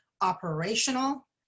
operational